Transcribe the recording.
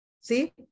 see